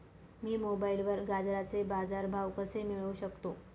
मी मोबाईलवर गाजराचे बाजार भाव कसे मिळवू शकतो?